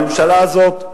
הממשלה הזאת,